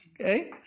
Okay